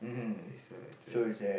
uh it's a it's a